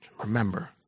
remember